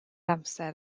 amser